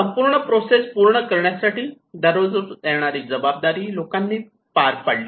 संपूर्ण प्रोसेस पूर्ण करण्यासाठी दररोज येणारी जबाबदारी लोकांनी त्यांनी पार पाडली